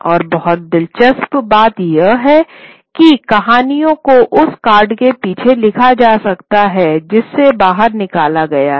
और बहुत दिलचस्प बात यह है कि कहानियों को उस कार्ड के पीछे लिखा जा सकता है जिसे बाहर निकाला गया है